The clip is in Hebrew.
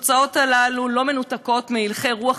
התוצאות האלה לא מנותקות מהלכי רוח